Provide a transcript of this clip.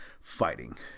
fighting